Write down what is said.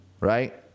right